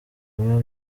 biba